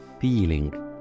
feeling